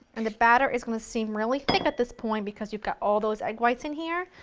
and the batter is going to seem really thick at this point because you've got all those egg whites in here,